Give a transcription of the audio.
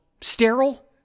sterile